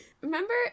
Remember